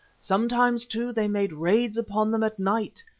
sometimes, too, they made raids upon them at night,